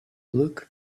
look